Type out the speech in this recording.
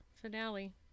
finale